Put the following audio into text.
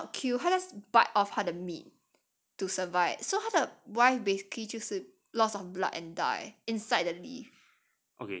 not kill 他 just bite off 他的 meat to survive so 他的 wife basically 就是 loss of blood and die inside the lift